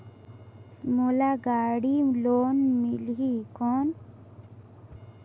मोला गाड़ी लोन मिलही कौन?